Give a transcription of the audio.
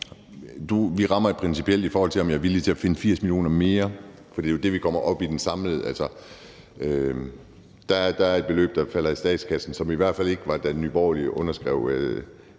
vi rammer noget principielt, i forhold til om jeg er villig til at finde 80 mio. kr. mere, for det er jo det, vi kommer op på i forhold til det samlede beløb. Der er et beløb, der falder i statskassen, hvilket i hvert fald ikke var planen, da Nye Borgerlige underskrev